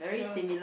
sure